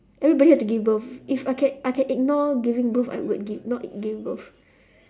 everybody have to give birth if I can I can ignore giving birth I would gi~ not give birth